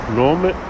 nome